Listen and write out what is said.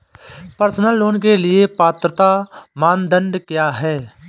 Personal loan के लिए पात्रता मानदंड क्या हैं?